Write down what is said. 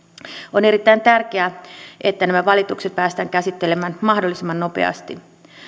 on erittäin tärkeää että nämä valitukset päästään käsittelemään mahdollisimman nopeasti